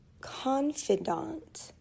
confidant